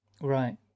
Right